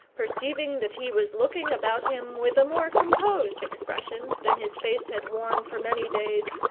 perceiving that he was looking about him with a more composed expression than his face had worn for many days,